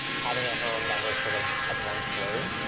having a home that was sort of a blank slate.